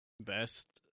Best